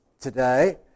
today